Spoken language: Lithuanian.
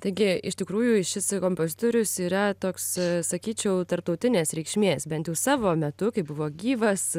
taigi iš tikrųjų šis kompozitorius yra toks sakyčiau tarptautinės reikšmės bent jau savo metu kai buvo gyvas